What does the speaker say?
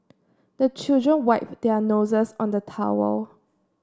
the children wipe their noses on the towel